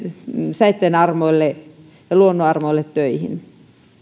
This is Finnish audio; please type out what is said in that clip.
säitten armoille ja luonnon armoille töihin